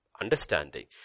understanding